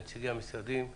נציגי המשרדים והמורים.